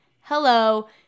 Hello